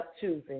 choosing